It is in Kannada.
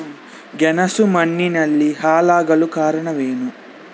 ಗೆಣಸು ಮಣ್ಣಿನಲ್ಲಿ ಹಾಳಾಗಲು ಕಾರಣವೇನು?